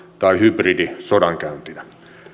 tai hybridisodankäyntinä